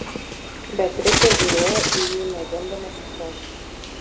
beatričė žiūrėjo į jį mėgindama suprasti